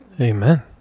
Amen